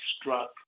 struck